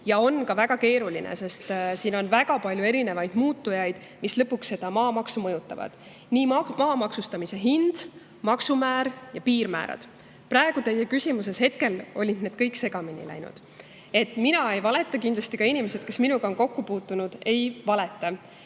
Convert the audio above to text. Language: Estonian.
See ongi väga keeruline, sest on väga palju erinevaid muutujaid, mis lõpuks seda maamaksu mõjutavad: maa maksustamishind, maksumäär ja piirmäärad. Praegu teie küsimuses olid need kõik segamini läinud. Mina ei valeta, kindlasti ka inimesed, kes minuga on kokku puutunud, ei